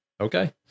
Okay